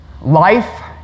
Life